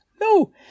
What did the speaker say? No